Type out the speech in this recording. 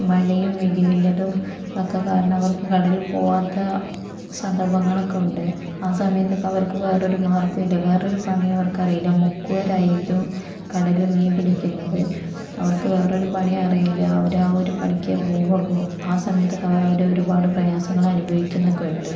മഴയും ഇടിമിന്നലും ഒക്കെ കാരണം അവർക്ക് കടലിൽ പോകാത്ത സന്ദർഭങ്ങളൊക്കെ ഉണ്ട് ആ സമയത്തൊക്കെ അവർക്ക് വേറെ ഒരു മാർഗ്ഗമില്ല വേറൊരു പണി അവർക്കറിയില്ല മുക്കുവരായിരിക്കും കടലിൽ മീൻ പിടിക്കുന്നത് അവർക്ക് വേറൊരു പണിയും അറിയില്ല അവർ ആ ഒരു പണിക്കേ പോവുകയുള്ളൂ ആ സമയത്തൊക്കെ അവരൊരുപാട് പ്രയാസങ്ങൾ അനുഭവിക്കുന്നൊക്കെ ഉണ്ട്